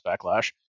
Backlash